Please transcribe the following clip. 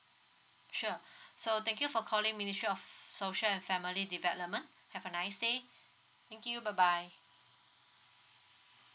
sure so thank you for calling ministry of social and family development have a nice day thank you bye bye